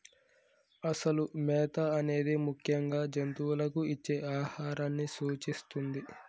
అసలు మేత అనేది ముఖ్యంగా జంతువులకు ఇచ్చే ఆహారాన్ని సూచిస్తుంది